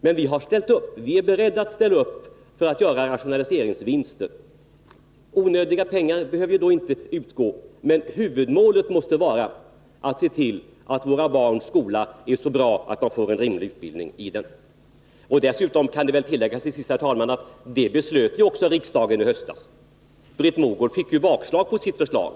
Men vi har ställt upp och vi är beredda att ställa upp för att göra rationaliseringsvinster. Onödiga pengar behöver då inte gå ut. Men huvudmålet måste vara att se till att våra barns skola är så bra att de får en rimlig utbildning i den. Nr 120 Det kan väl tilläggas, herr talman, att riksdagen också beslöt detta i höstas. Onsdagen den Britt Mogård fick ju bakslag på sitt förslag.